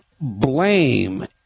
blame